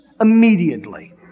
immediately